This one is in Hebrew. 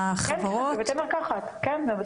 החברות?